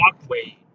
walkway